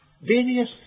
various